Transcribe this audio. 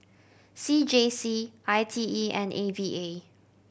C J C I T E and A V A